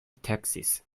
taxes